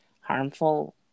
harmful